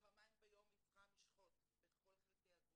פעמיים ביום היא צריכה משחות בכל חלקי הגוף,